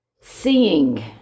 seeing